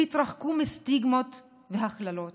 התרחקו מסטיגמות והכללות.